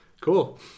Cool